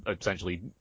essentially